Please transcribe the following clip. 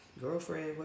girlfriend